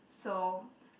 so